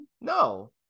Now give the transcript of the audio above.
No